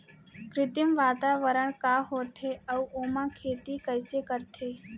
कृत्रिम वातावरण का होथे, अऊ ओमा खेती कइसे करथे?